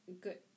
good